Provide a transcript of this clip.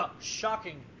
shocking